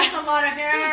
a lot of hair!